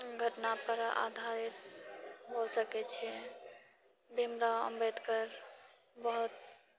घटनापर आधारित भऽ सकैत छै भीमराव अम्बेडकर बहुत